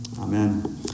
Amen